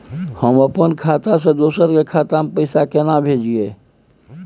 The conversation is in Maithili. हम अपन खाता से दोसर के खाता में पैसा केना भेजिए?